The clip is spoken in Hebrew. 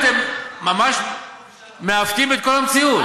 אתם ממש מעוותים את כל המציאות.